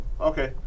Okay